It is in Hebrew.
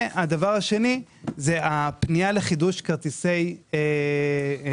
הדבר השני הוא הפנייה לחידוש כרטיסי אשראי.